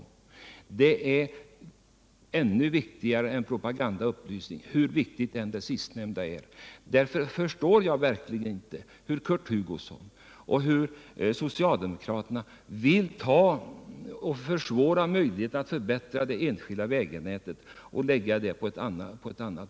Det är ännu viktigare än propaganda och upplysning, hur viktigt det sistnämnda än är. Därför förstår jag verkligen inte att Kurt Hugosson och socialdemokraterna vill försvåra möjligheterna att förbättra det enskilda vägnätet och lägga pengarna på någonting annat.